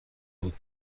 بود